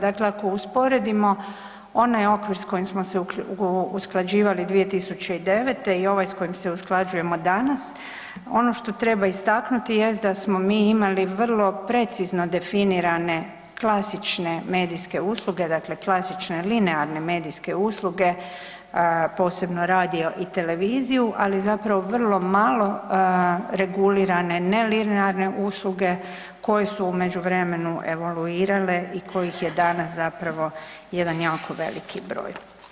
Dakle ako usporedimo onaj okvir s kojim smo se usklađivali 2009. i ovaj s kojim se usklađujemo danas, ono što treba istaknuti jest da smo mi imali vrlo precizno definirane klasične medijske usluge, dakle klasične linearne medijske usluge, posebno radio i televiziju, ali zapravo vrlo malo regulirane nelinearne usluge, koje su u međuvremenu evoluirale i kojih je danas zapravo jedan jako veliki broj.